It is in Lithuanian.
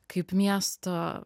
kaip miesto